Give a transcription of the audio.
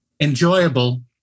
enjoyable